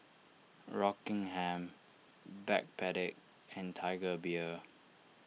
Rockingham Backpedic and Tiger Beer